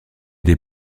des